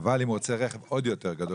אבל אם הוא רוצה רכב עוד יותר גדול,